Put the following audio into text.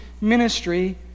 ministry